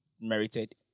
merited